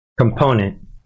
component